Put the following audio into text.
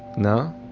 no,